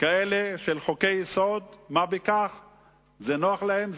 כאלה של שינוי חוקי-יסוד, זה נוח להם?